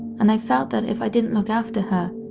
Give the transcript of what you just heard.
and i felt that if i didn't look after her,